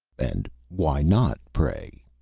and why not, pray?